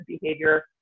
behavior